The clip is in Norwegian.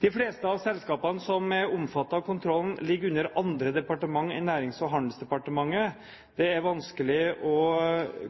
De fleste av selskapene som er omfattet av kontrollen, ligger under andre departementer enn Nærings- og handelsdepartementet. Det er vanskelig å